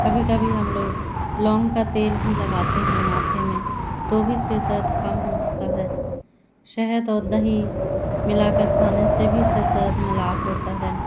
कभी कभी हम लोग लौंग का तेल भी लगाते हैं माथे में तो भी सिरदर्द कम हो सकता है शहद और दही मिलाकर खाने से भी सिरदर्द में लाभ होता है